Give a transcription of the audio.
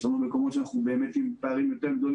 יש מקומות שבהם יש באמת פערים גדולים